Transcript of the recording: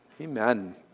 Amen